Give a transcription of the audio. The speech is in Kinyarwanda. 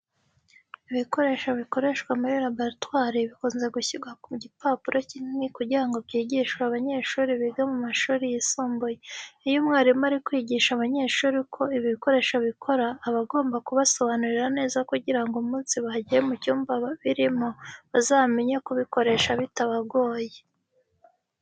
Ibikoresho bikoreshwa muri laboratwari bikunze gushyirwa ku gipapuro kinini kugira ngo byigishwe abanyeshuri biga mu mashuri yisumbuye. Iyo umwarimu ari kwigisha abanyeshuri uko ibi bikoresho bikora, aba agomba kubasobanurira neza kugira ngo umunsi bagiye mu cyumba birimo bazamenye kubikoresha bitabagoye.